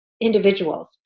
individuals